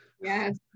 Yes